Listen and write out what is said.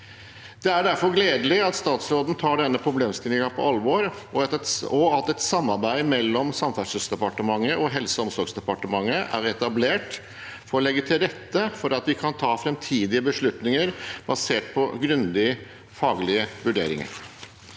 Det er derfor gledelig at statsråden tar denne problemstillingen på alvor, og at et samarbeid mellom Samferdselsdepartementet og Helse- og omsorgsdepartementet er etablert for å legge til rette for at vi kan ta framtidige beslutninger basert på grundige faglige vurderinger.